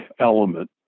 element